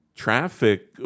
traffic